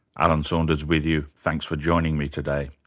alan saunders with you, thanks for joining me today.